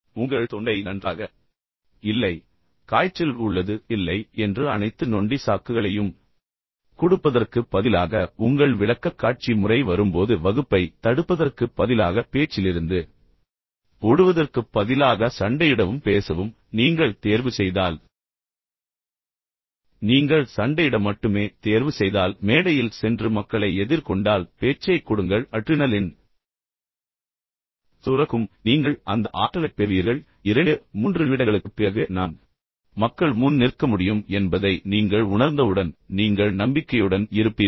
உங்கள் தொண்டை நன்றாக இல்லை காய்ச்சல் உள்ளது இல்லை என்று அனைத்து நொண்டி சாக்குகளையும் கொடுப்பதற்குப் பதிலாக உங்கள் விளக்கக்காட்சி முறை வரும்போது வகுப்பைத் தடுப்பதற்குப் பதிலாக பேச்சிலிருந்து ஓடுவதற்குப் பதிலாக சண்டையிடவும் பேசவும் நீங்கள் தேர்வுசெய்தால் நீங்கள் சண்டையிட மட்டுமே தேர்வுசெய்தால் பின்னர் மேடையில் சென்று மக்களை எதிர்கொண்டால் பேச்சைக் கொடுங்கள்அட்ரினலின் சுரக்கும் பின்னர் நீங்கள் அந்த ஆற்றலைப் பெறுவீர்கள் பின்னர் 23 நிமிடங்களுக்குப் பிறகு நான் மக்கள் முன் நிற்க முடியும் என்பதை நீங்கள் உணர்ந்தவுடன் நீங்கள் நம்பிக்கையுடன் இருப்பீர்கள்